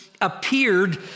appeared